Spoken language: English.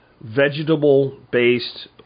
vegetable-based